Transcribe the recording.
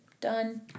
done